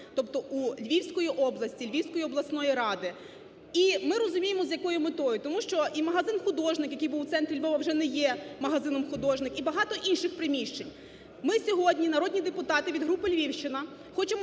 тобто у Львівської області, Львівської обласної ради. І, ми розуміємо, з якою метою? Тому що і магазин "Художник", який був в центрі Львова вже не є магазином "Художник" і багато інших приміщень. Ми сьогодні, народні депутати від групи "Львівщина", хочемо